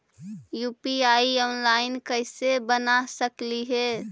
UPI online कैसे बना सकली हे?